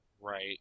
Right